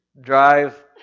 drive